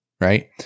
right